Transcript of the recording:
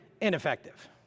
ineffective